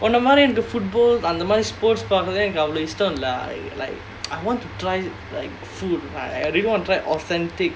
அந்த மாதிரி:andha maadhiri the food அந்த மாதிரி எனக்கு அவ்ளோ இஷ்டம் இல்ல:andha maadhiri enakku avlo ishtam illa leh like I want to try like food like I really want to try authentic